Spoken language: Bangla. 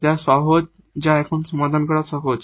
যা সহজ যা এখন সমাধান করা সহজ